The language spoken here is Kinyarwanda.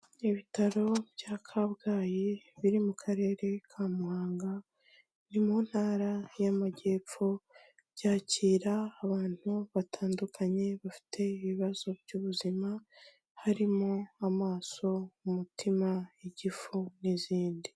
Ibitaro bya Kabgayi biri mu karere ka Muhanga, biri mu ntara y'amajyepfo, byakira abantu batandukanye bafite ibibazo by'ubuzima, harimo amaso, umutima, igifu n'izindi.